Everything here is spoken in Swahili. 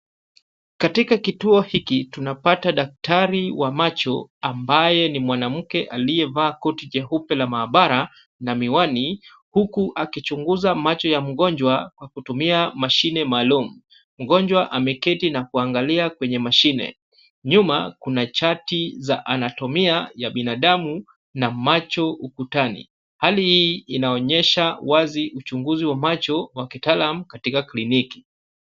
Katika kituo hiki, tunapata daktari wa macho ambaye ni mwanamke, aliyevaa koti jeupe la mahabara na miwani, huku akichunguza macho ya mgonjwa kwa kutumia mashine maalumu. Mgonjwa ameketi na kuangalia kwenye mashine. Nyuma kuna chati za anatumia za binadamu na macho ukutani. Hali hii inaonyesha wazi uchunguzi wa macho wa kitaalamu katika kliniki.